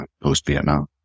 post-Vietnam